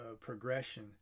progression